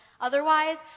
otherwise